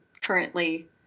currently